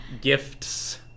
gifts